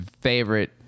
favorite